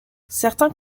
certains